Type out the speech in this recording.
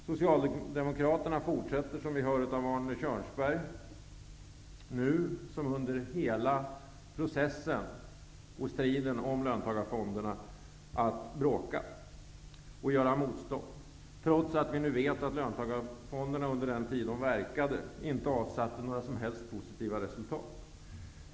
Som vi hörde av Arne Kjörnsberg fortsätter Socialdemokraterna nu som under hela striden och processen om löntagarfonderna att bråka och göra motstånd, trots att vi vet att löntagarfonderna under den tid som de verkade inte avsatte några som helst positiva resultat.